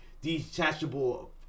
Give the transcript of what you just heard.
detachable